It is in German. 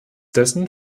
dessen